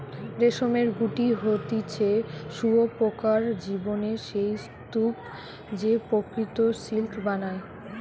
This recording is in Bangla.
রেশমের গুটি হতিছে শুঁয়োপোকার জীবনের সেই স্তুপ যে প্রকৃত সিল্ক বানায়